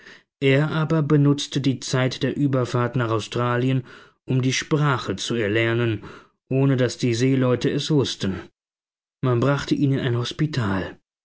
er aber benutzte die zeit der überfahrt nach australien um die sprache zu erlernen ohne daß die seeleute es wußten man brachte ihn in ein hospital